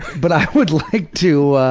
but i would like to